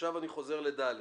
עכשיו אני חוזר ל- (ד):